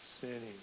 sinning